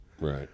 Right